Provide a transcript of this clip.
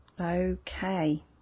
Okay